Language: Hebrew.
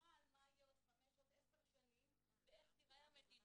שאמרה על מה יהיה בעוד חמש ועוד עשר שנים ואיך תיראה המדינה,